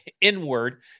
inward